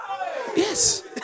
Yes